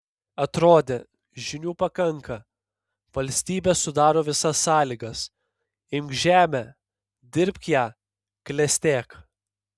atrodė žinių pakanka valstybė sudaro visas sąlygas imk žemę dirbk ją klestėk